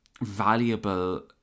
valuable